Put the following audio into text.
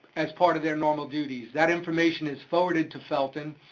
as part of their normal duties. that information is forwarded to felton,